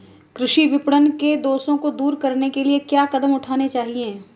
कृषि विपणन के दोषों को दूर करने के लिए क्या कदम उठाने चाहिए?